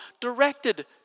directed